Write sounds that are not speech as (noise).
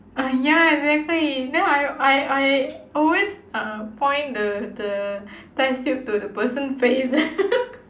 uh ya exactly then I I I always um point the the test tube to the person face (laughs)